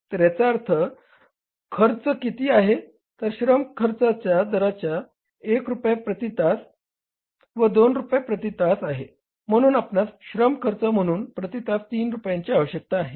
तर याचा अर्थ येथे खर्च किती आहे तर श्रम खर्चाचा दर 1 रुपया प्रती तास व 2 रुपये प्रती तास आहे म्हणून आपणास श्रम खर्च म्हणून प्रती तास 3 रुपयांची आवश्यकता आहे